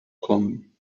kommen